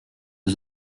aux